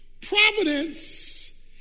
Providence